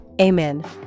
Amen